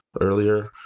earlier